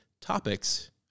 topics